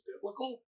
biblical